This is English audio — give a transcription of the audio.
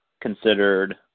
considered